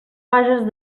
vages